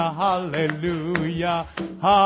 hallelujah